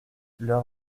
leur